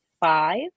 five